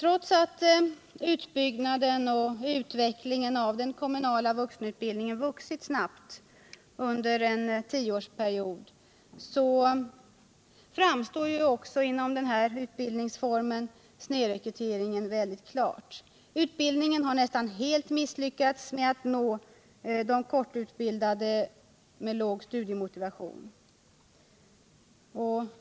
Trots att utbyggnaden och utvecklingen av den kommunala vuxenutbildningen har gått snabbt framåt under en tioårsperiod, framstår också inom denna utbildningsform snedrekryteringen mycket klart. Utbildningen har nästan helt misslyckats med att nå de kortutbildade med låg studiemotivation.